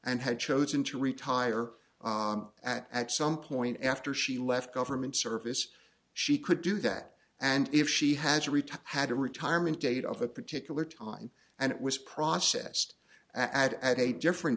and had chosen to retire at some point after she left government service she could do that and if she had to retire had a retirement date of a particular time and it was processed at a different